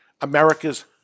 america's